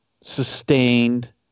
sustained